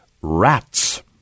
Rats